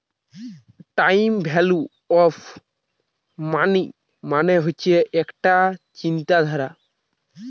time value of money মানে হচ্ছে একটা চিন্তাধারা